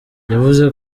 yavuze